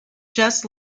just